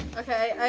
okay,